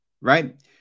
right